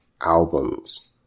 albums